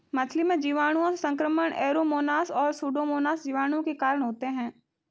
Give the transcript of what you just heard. मछली में जीवाणुओं से संक्रमण ऐरोमोनास और सुडोमोनास जीवाणु के कारण होते हैं